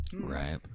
Right